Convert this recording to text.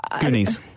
Goonies